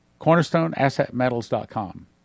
CornerstoneAssetMetals.com